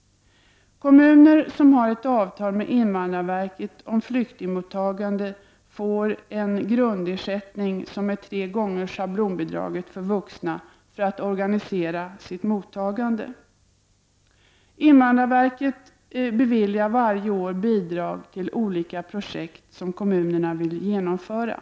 Kommuner som har ett avtal med invandrarverket om flyktingmottagande får, för att organisera sitt mottagande, en grundersättning som är tre gånger schablonbidraget för vuxna. Invandrarverket beviljar varje år bidrag till olika projekt som kommunerna vill genomföra.